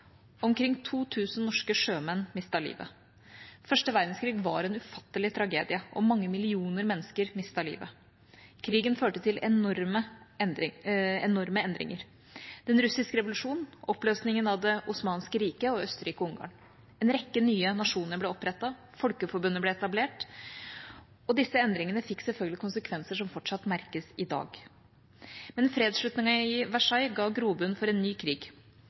Omkring 2 000 norske sjømenn mistet livet. Første verdenskrig var en ufattelig tragedie, og mange millioner mennesker mistet livet. Krigen førte til enorme endringer: den russiske revolusjon, oppløsningen av det osmanske riket og av Østerrike-Ungarn. En rekke nye nasjoner ble opprettet, Folkeforbundet ble etablert. Disse endringene fikk selvfølgelig konsekvenser som fortsatt merkes i dag. Men fredsslutningen i Versailles ga grobunn for en ny krig.